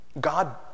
God